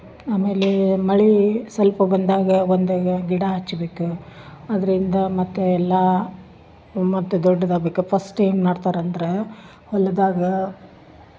ಆಮೇಲೆ ಮಳೆ ಸ್ವಲ್ಪ ಬಂದಾಗ ಬಂದಾಗ ಗಿಡ ಹಚ್ಚಬೇಕು ಅದರಿಂದ ಮತ್ತೆ ಎಲ್ಲಾ ಮತ್ತೆ ದೊಡ್ದದಾಗಬೇಕು ಫಸ್ಟು ಏನು ಮಾಡ್ತಾರೆ ಅಂದರೆ ಹೊಲದಾಗ